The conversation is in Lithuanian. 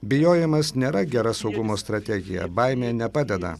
bijojimas nėra gera saugumo strategija baimė nepadeda